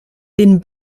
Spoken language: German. den